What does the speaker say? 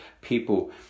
people